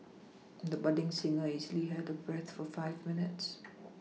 the budding singer easily held her breath for five minutes